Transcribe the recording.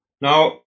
Now